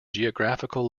geographical